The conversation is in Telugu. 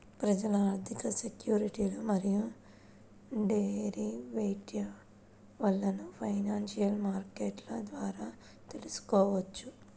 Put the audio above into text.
ప్రజలు ఆర్థిక సెక్యూరిటీలు మరియు డెరివేటివ్లను ఫైనాన్షియల్ మార్కెట్ల ద్వారా తెల్సుకోవచ్చు